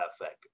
effect